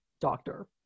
doctor